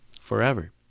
forever